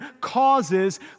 causes